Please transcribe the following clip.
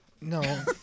No